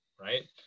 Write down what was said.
Right